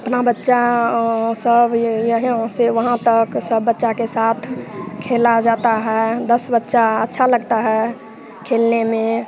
अपना बच्चा ओ सब ये यहाँ से वहाँ तक सब बच्चा के साथ खेला जाता है दस बच्चा अच्छा लगता है खेलने में